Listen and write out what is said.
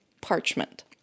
parchment